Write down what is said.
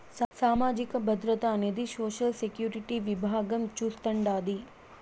సామాజిక భద్రత అనేది సోషల్ సెక్యూరిటీ విభాగం చూస్తాండాది